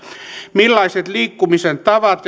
millaiset liikkumisen tavat